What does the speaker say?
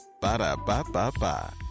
Ba-da-ba-ba-ba